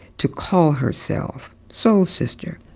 to call herself soul sister.